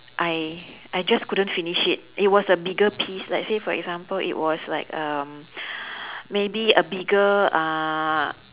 I I just couldn't finish it it was a bigger piece let's say for example it was like um maybe a bigger uh